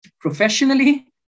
professionally